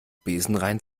besenrein